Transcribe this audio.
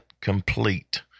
complete